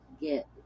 get